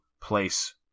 place